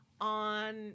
on